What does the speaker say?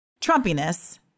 Trumpiness